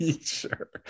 Sure